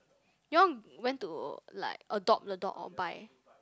you all went to like adopt the dog or buy